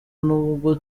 nubwo